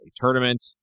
tournament